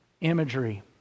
imagery